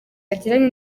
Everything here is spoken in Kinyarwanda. yagiranye